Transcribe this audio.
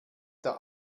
der